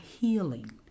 healing